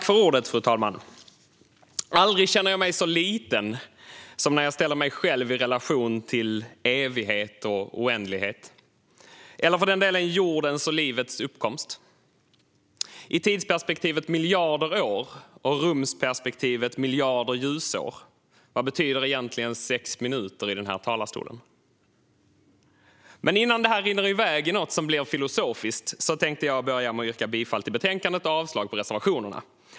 Fru talman! Aldrig känner jag mig så liten som när jag ställer mig själv i relation till evighet och oändlighet, eller för den delen till jordens och livets uppkomst. I tidsperspektivet miljarder år och rumsperspektivet miljarder ljusår, vad betyder egentligen sex minuter här i talarstolen? Men innan detta rinner iväg i något som blir filosofiskt vill jag yrka bifall till utskottets förslag och avslag på reservationerna.